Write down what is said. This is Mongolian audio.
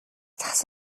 цас